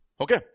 Okay